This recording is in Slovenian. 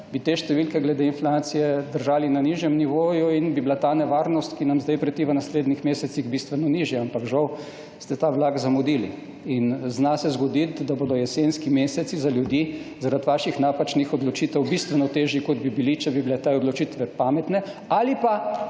bi te številke glede inflacije držali na nižjem nivoju in bi bila ta nevarnost, ki nam zdaj preti v naslednjih mesecih, bistveno nižja, ampak žal ste ta vlak zamudili in zna se zgodit, da bodo jesenski meseci za ljudi zaradi vaših napačnih odločitev bistveno težji, kot bi bili, če bi bile te odločitve pametne ali pa,